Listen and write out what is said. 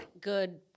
Good